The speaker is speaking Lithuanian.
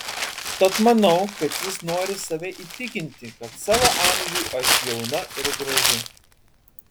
tad manau kad jis nori save įtikinti kad savo amžiui aš jauna ir graži